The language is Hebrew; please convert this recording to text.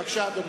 בבקשה, אדוני.